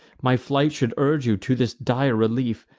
my flight should urge you to this dire relief.